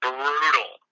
Brutal